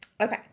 Okay